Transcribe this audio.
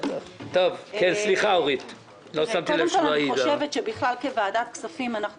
אני חושבת שבכלל כוועדת כספים אנחנו